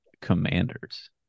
Commanders